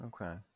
Okay